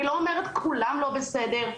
אני לא אומרת שכולם לא בסדר,